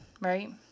right